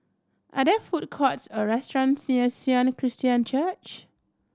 are there food courts or restaurants near Sion Christian Church